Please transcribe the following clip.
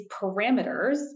parameters